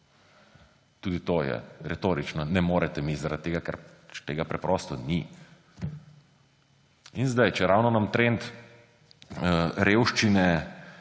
Tudi to je retorično, ne morete mi, zaradi tega ker tega preprosto ni. Čeravno nam trend revščine